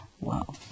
Wow